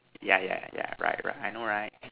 yeah yeah yeah right right I know right